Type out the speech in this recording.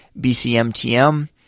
BCMTM